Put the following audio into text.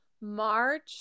March